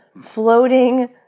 floating